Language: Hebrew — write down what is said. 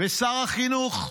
ושר החינוך?